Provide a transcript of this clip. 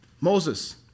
Moses